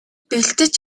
бэлдэж